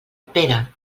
pere